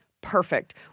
Perfect